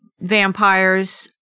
vampires